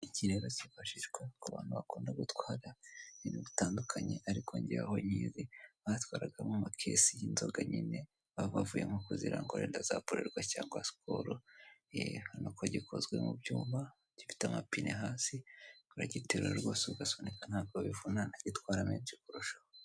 Iki rero kifashishwa ku bantu bakunda gutwara ibintu bitandukanye ariko njyeweho n'ibi batwaragamo amakesi y'inzoga nyine baba bavuye nko kuzirangura burarirwa cyangwa sikolo, gikozwe mu byuma gifite amapine hasi uragiterura rwose ugasunika ntabwo bivunana gitwara menshi kurushaho.